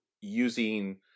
using